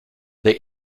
they